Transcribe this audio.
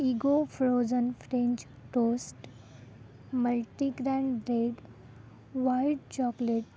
ego frozen French toast multigrain bread white chocolate